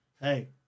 Hey